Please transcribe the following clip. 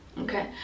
okay